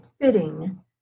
fitting